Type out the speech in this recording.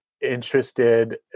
Interested